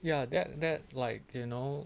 ya that that like you know